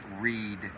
read